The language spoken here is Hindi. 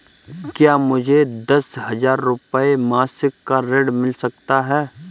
क्या मुझे दस हजार रुपये मासिक का ऋण मिल सकता है?